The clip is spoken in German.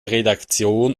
redaktion